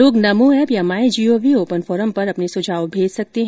लोग नमो ऐप या MyGov open forum में अपने सुझाव दे सकते हैं